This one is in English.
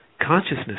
consciousness